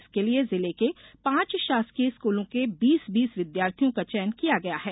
इसके लिए जिले के पांच शासकीय स्कूलों के बीस बीस विद्यार्थियों का चयन किया गया है